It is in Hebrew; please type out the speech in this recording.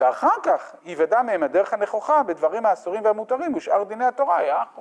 ‫ואחר כך יוודע מהם הדרך הנכוחה ‫בדברים האסורים והמותרים, ‫ושאר דיני התורה היה...